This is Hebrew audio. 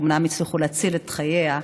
אומנם הצליחו להציל את חייה,